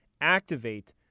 activate